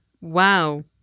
Wow